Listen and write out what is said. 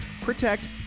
protect